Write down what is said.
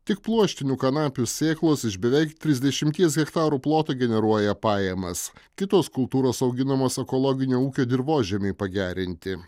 tik pluoštinių kanapių sėklos iš beveik trisdešimties hektarų ploto generuoja pajamas kitos kultūros auginamos ekologinio ūkio dirvožemiui pagerinti